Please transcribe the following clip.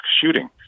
shooting